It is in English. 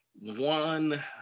One